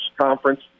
Conference